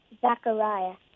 Zachariah